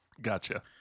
Gotcha